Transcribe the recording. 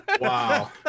wow